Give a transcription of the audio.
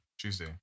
Tuesday